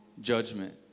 judgment